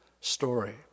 story